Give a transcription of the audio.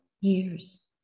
years